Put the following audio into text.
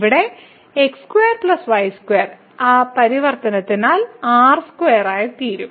ഇവിടെ ആ പരിവർത്തനത്താൽ r2 ആയിരിക്കും